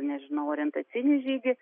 nežinau orentacinį žygį